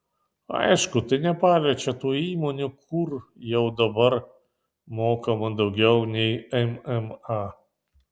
aišku tai nepaliečia tų įmonių kur jau dabar mokama daugiau nei mma